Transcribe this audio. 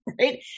right